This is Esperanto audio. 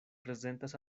prezentas